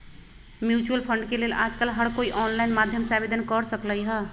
mutual fund के लेल आजकल हर कोई ऑनलाईन माध्यम से आवेदन कर सकलई ह